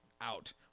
out